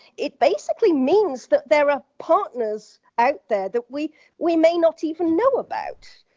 it basically means that there are partners out there that we we may not even know about.